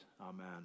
amen